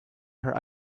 her